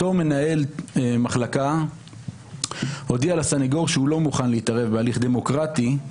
אותו מנהל מחלקה הודיע לסנגור שהוא לא מוכן להתערב בהליך דמוקרטי,